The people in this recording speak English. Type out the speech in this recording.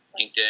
LinkedIn